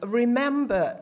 remember